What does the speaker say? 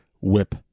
whip